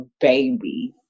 baby